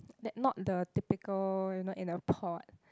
that not the typical you know in the pot